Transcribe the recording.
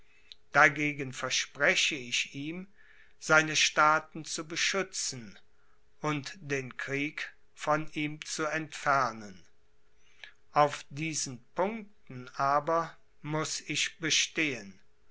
dagegen verspreche ich ihm seine staaten zu beschützen und den krieg von ihm zu entfernen auf diesen punkten aber muß ich bestehen